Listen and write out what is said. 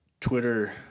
Twitter